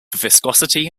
viscosity